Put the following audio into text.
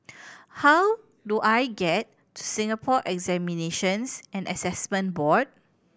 how do I get to Singapore Examinations and Assessment Board